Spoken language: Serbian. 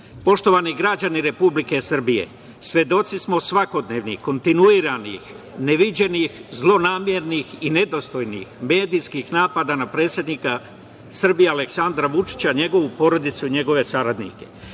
saradnike? Poštovani građani Republike Srbije, svedoci smo svakodnevnih kontinuiranih, neviđenih, zlonamernih i nedostojnih medijskih napada na predsednika Srbije, Aleksandra Vučića, njegovu porodicu, njegove saradnike.